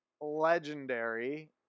legendary